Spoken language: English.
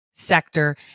sector